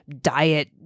diet